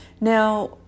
Now